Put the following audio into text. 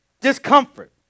discomfort